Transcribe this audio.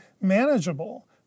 manageable